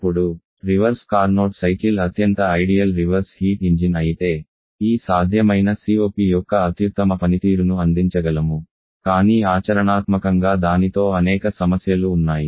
ఇప్పుడు reverse Carnot cycle అత్యంత ideal reverse heat engine అయితే ఈ సాధ్యమైన COP యొక్క అత్యుత్తమ పనితీరును అందించగలము కానీ ఆచరణాత్మకంగా దానితో అనేక సమస్యలు ఉన్నాయి